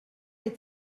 est